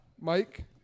Mike